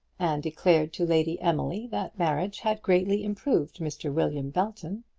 and declared to lady emily that marriage had greatly improved mr. william belton.